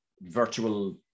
virtual